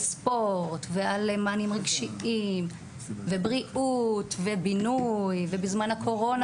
ועל ספורט ועל מענים רגשיים ובריאות ובינוי ובזמן הקורונה